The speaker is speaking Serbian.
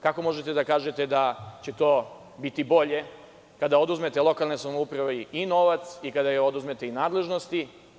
Kako možete da kažete da će to biti bolje kada oduzmete lokalnoj samoupravi i novac i kada joj oduzmete i nadležnosti?